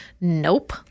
Nope